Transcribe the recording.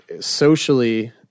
socially